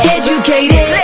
educated